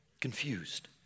confused